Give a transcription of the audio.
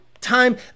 time